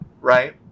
right